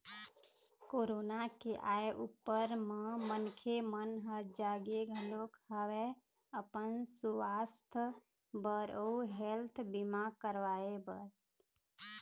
corona के आय ऊपर म मनखे मन ह जागे घलोक हवय अपन सुवास्थ बर अउ हेल्थ बीमा करवाय बर